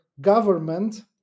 government